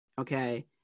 okay